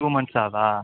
two months ஆகுதா